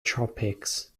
tropics